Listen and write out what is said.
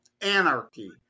anarchy